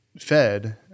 fed